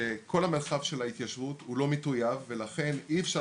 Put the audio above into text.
שכל המרחב של ההתיישבות הוא לא מטוייב ולכן אי אפשר